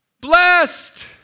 Blessed